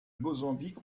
mozambique